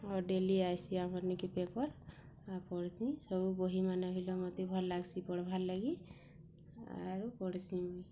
ଆଉ ଡ଼େଲି ଆଏସି ଆମର୍ ନେକି ପେପର୍ ଆର୍ ପଢ଼୍ସି ସବୁ ବହିମାନେ ବିଲ ମୋତେ ଭଲ୍ ଲାଗ୍ସି ପଢ଼ବାର୍ ଲାଗି ଆରୁ ପଢ଼୍ସି